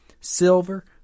silver